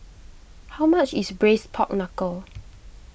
how much is Braised Pork Knuckle